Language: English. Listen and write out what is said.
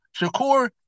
Shakur